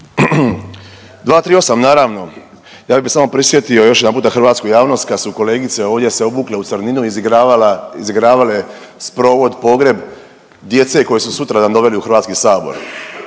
238. naravno, ja bi samo prisjetio još jedanputa hrvatsku javnost kad su kolegice ovdje se obukle u crninu izigravala, izigravale sprovod, pogreb djece koje su sutradan doveli u Hrvatski sabor,